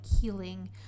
healing